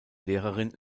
lehrerin